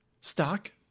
stock